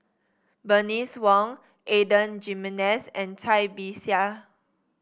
Bernice Wong Adan Jimenez and Cai Bixia